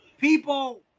People